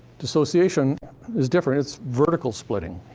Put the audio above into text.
dissociation is different it's vertical splitting.